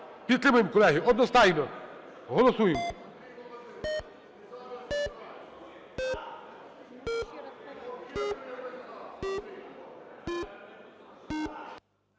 Підтримуємо, колеги, одностайно. Голосуємо.